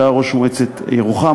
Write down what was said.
שהיה ראש מועצת ירוחם.